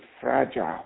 fragile